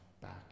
back